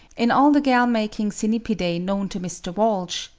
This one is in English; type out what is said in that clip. in all the gall-making cynipidae known to mr. walsh,